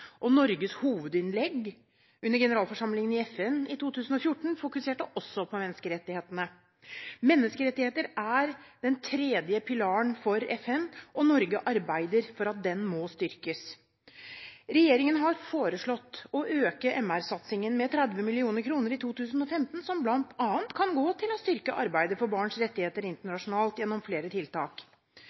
og Norges hovedinnlegg under generalforsamlingen i FN i 2014 fokuserte også på menneskerettighetene. Menneskerettigheter er den tredje pilaren for FN, og Norge arbeider for at den må styrkes. Regjeringen har foreslått å øke MR-satsingen med 30 mill. kr i 2015, som bl.a. kan gå til å styrke arbeidet for barns rettigheter internasjonalt gjennom flere tiltak,